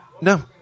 No